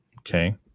Okay